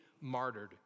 martyred